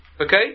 okay